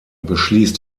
beschließt